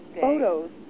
photos